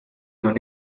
non